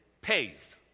pays